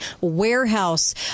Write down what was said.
warehouse